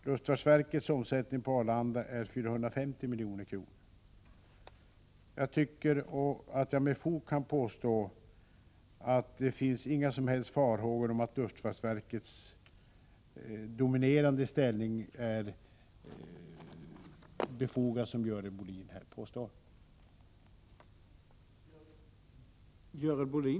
Luftfartsverkets omsättning på Arlanda är 450 milj.kr. Jag tycker att jag med fog kan påstå att man inte behöver hysa några som helst farhågor när det gäller luftfartsverkets dominerande ställning, som Görel Bohlin påstår.